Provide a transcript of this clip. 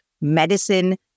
medicine